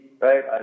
right